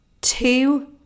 Two